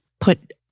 put